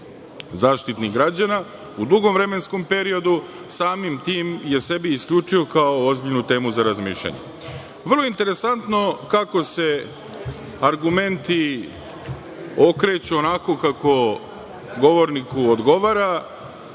zaštitnik građana. U dugom vremenskom periodu, samim tim je sebi isključio kao ozbiljnu temu za razmišljanje. Vrlo interesantno kako se argumenti okreću onako kako govorniku odgovara,